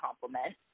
compliment